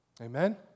amen